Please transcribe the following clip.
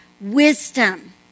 wisdom